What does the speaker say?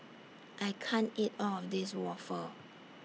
I can't eat All of This Waffle